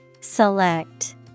Select